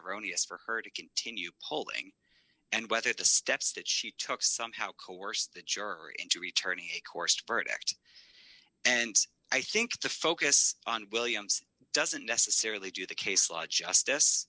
erroneous for her to continue polling and whether the steps that she took somehow coerced the juror into returning a coursed verdict and i think the focus on williams doesn't necessarily do the case law justice